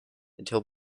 until